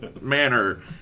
manner